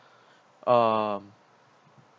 uh